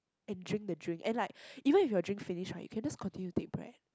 and drink the drink and like even if your drink finish right you can just continue take bread